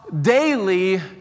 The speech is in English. daily